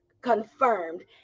confirmed